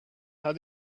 how